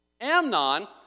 Amnon